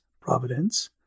providence